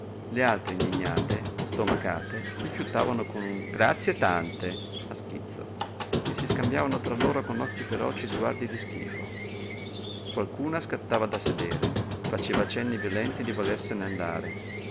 le altre indignate stomacate rifiutavano con un grazie tante a schizzo e si scambiavano tra loro con occhi feroci sguardi di schifo qualcuna scattava da sedere faceva cenni violenti di volersene andare